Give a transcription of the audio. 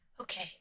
Okay